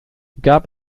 gab